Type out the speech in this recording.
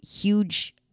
huge